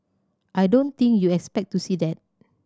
I don't think you'd expect to see that